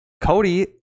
Cody